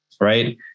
right